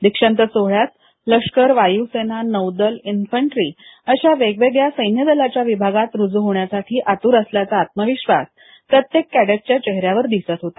दीक्षांत सोहळ्यात लष्कर वायुसेना नौदल इन्फन्ट्री अशा वेगवेगळ्या सैन्यदलाच्या विभागात रुजू होण्यासाठी आतूर असल्याचा आत्मविश्वास प्रत्येक कॅडेटच्या चेहऱ्यावर दिसत होता